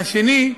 והשני,